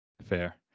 fair